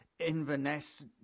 Inverness